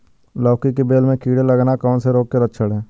लौकी की बेल में कीड़े लगना कौन से रोग के लक्षण हैं?